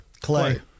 Clay